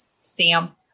stamp